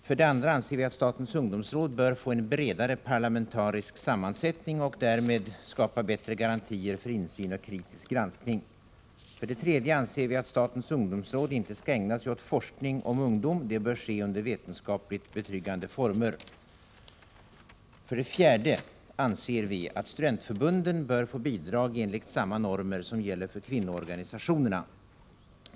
För det andra anser vi att statens ungdomsråd bör få en bredare parlamentarisk sammansättning för att därmed skapa bättre garantier för insyn och kritisk granskning. För det tredje anser vi att statens ungdomsråd inte skall ägna sig åt forskning om ungdom. Det bör ske under vetenskapligt betryggande former. För det fjärde anser vi att studentförbunden bör få bidrag enligt samma normer som gäller för kvinnoorganisationerna.